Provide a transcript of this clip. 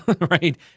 right